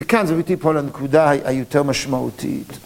כאן זה מביא אותי לנקודה היותר משמעותית.